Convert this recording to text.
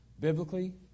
Biblically